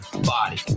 body